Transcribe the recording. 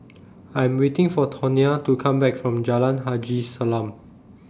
I'm waiting For Tonya to Come Back from Jalan Haji Salam